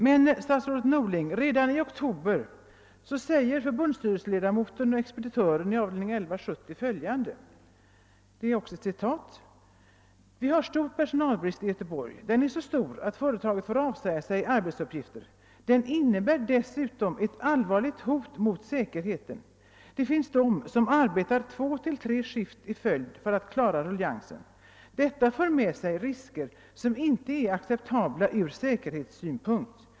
Men, statsrådet Norling, redan i oktober säger förbundsstyrelseledamoten och expeditören i avdelning 1170 följande: » Vi har stor personalbrist i Göteborg. Den är så stor att företaget får avsäga sig arbetsuppgifter. Den innebär dessutom ett allvarligt hot mot säkerheten. Det finns de som arbetar 2—3 skift i följd för att klara ruljangsen. Detta för med sig risker som inte är acceptabla ur säkerhetssynpunkt.